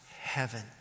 heaven